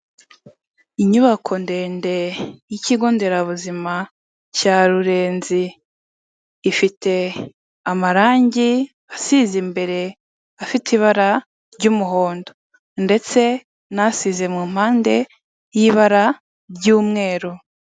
Inyubako ndende y'ikigo nderabuzima cya Rurenzi, ifite amarange asize imbere afite ibara ry'umuhondo ndetse n'asize mu mpande y'ibara ry'umweru.